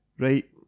Right